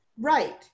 Right